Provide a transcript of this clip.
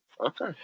Okay